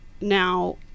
now